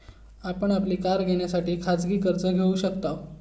आपण आपली कार घेण्यासाठी खाजगी कर्ज घेऊ शकताव